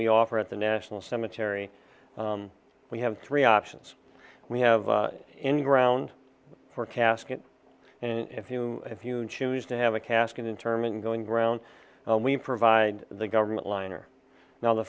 we offer at the national cemetery we have three options we have in ground for casket and if you if you choose to have a casket internment going ground we provide the government line or now the